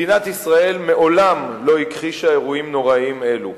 מדינת ישראל מעולם לא הכחישה אירועים נוראיים אלו.